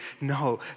No